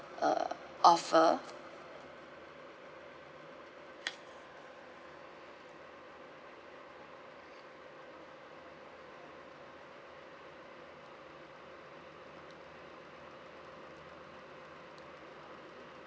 uh offer